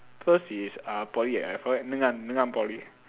first is uh poly at fir~ Ngee-Ann Ngee-Ann poly